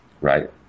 right